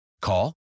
Call